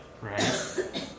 right